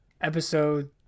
episode